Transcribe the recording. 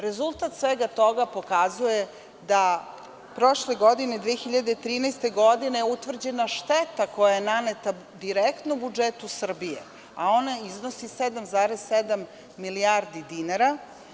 Rezultat svega toga pokazuje da je prošle godine, 2013. godine je utvrđena šteta koja je naneta direktno budžetu Srbije, a ona iznosi 7,7 milijardi dinara.